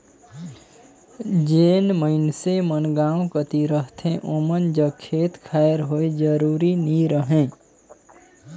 जेन मइनसे मन गाँव कती रहथें ओमन जग खेत खाएर होए जरूरी नी रहें